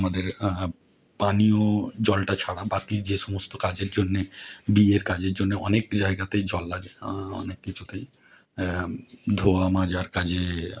আমাদের পানীয় জলটা ছাড়া বাকি যে সমস্ত কাজের জন্য বিয়ের কাজের জন্য অনেক জায়গাতেই জল লাগে অনেক কিছুতেই ধোওয়া মাজার কাজে